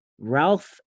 ralph